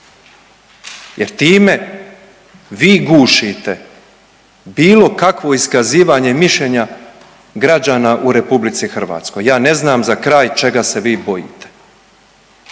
jer time vi gušite bilo kakvo iskazivanje mišljenja građana u RH. Ja ne znam za kraj čega se vi bojite.